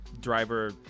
Driver